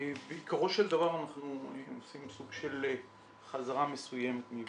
בעיקרו של דבר אנחנו עושים סוג של חזרה מסוימת מוועדת העבודה והרווחה.